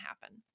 happen